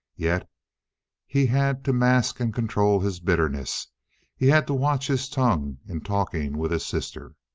yet he had to mask and control his bitterness he had to watch his tongue in talking with his sister.